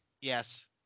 Yes